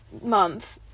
month